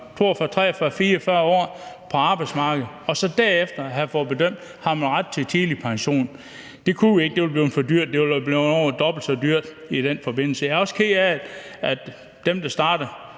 43, 44 år på arbejdsmarkedet, og så derefter have fået bedømt, om man havde ret til tidlig pension. Det kunne vi ikke få igennem, for det ville blive for dyrt – det ville være blevet over dobbelt så dyrt i den forbindelse. Jeg er også ked af, at dem, der startede